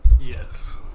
yes